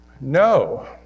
No